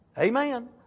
Amen